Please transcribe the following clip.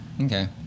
Okay